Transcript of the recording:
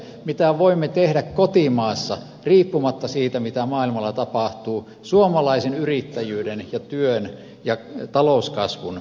mitä voimme tehdä kotimaassa riippumatta siitä mitä maailmalla tapahtuu suomalaisen yrittäjyyden työn ja talouskasvun eteen